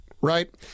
right